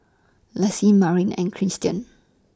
Lassie Marnie and Cristen